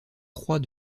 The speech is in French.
croix